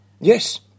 Yes